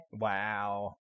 Wow